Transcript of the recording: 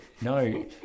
no